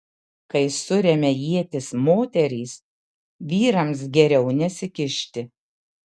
kai suremia ietis moterys vyrams geriau nesikišti